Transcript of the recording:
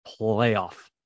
playoff